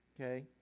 okay